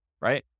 right